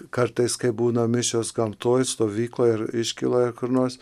kartais kai būna misijos gamtoj stovykloj ar iškyloje kur nors